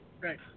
Right